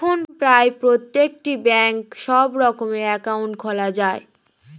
এখন প্রায় প্রত্যেকটি ব্যাঙ্কে সব রকমের অ্যাকাউন্ট খোলা যায়